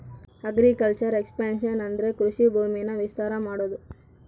agriculture expansion ಅಂದ್ರೆ ಕೃಷಿ ಭೂಮಿನ ವಿಸ್ತಾರ ಮಾಡೋದು